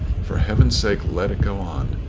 for heaven's sake let it go on.